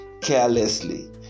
carelessly